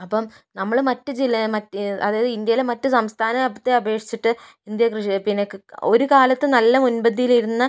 അപ്പം നമ്മൾ മറ്റു ജില്ലാ മറ്റു അതായത് ഇന്ത്യയിലെ മറ്റു സംസ്ഥാനത്തെ അപേക്ഷിച്ചിട്ട് ഇന്ത്യ കൃഷി പിന്നെ ഒരു കാലത്ത് നല്ല മുൻപന്തിയിൽ ഇരുന്ന